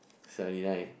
seventy nine